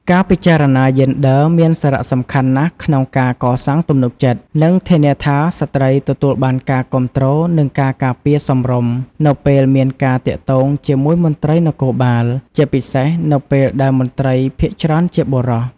ការពិចារណាយេនឌ័រមានសារៈសំខាន់ណាស់ក្នុងការកសាងទំនុកចិត្ត និងធានាថាស្ត្រីទទួលបានការគាំទ្រនិងការការពារសមរម្យនៅពេលមានការទាក់ទងជាមួយមន្ត្រីនគរបាល ជាពិសេសនៅពេលដែលមន្ត្រីភាគច្រើនជាបុរស។